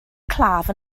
claf